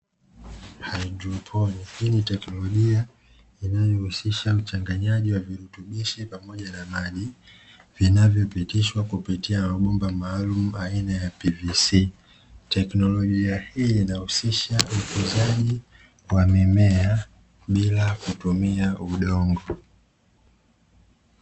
Haidroponi, hii ni teknolojia inayohusisha uchanganyaji wa virutubisho pamoja na maji vinavyopitishwa kupitia mabomba maalumu aina ya "PVC", teknolojia hii inahusisha utunzaji wa mimea bila kutumia udongo.